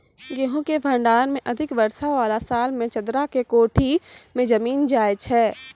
गेहूँ के भंडारण मे अधिक वर्षा वाला साल मे चदरा के कोठी मे जमीन जाय छैय?